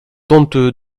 honteux